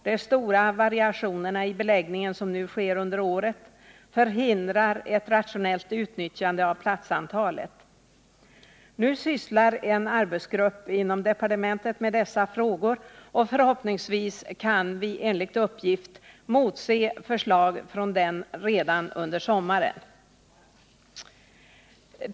De stora variationerna i beläggningen som nu sker under året förhindrar ett rationellt utnyttjande av platsantalet. En arbetsgrupp inom departementet sysslar nu med dessa frågor, och förhoppningsvis kan vi enligt uppgift motse förslag från den redan under sommaren.